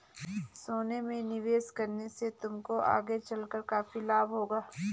सोने में निवेश करने से तुमको आगे चलकर काफी लाभ होगा